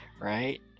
right